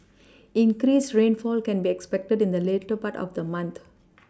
increased rainfall can be expected in the later part of the month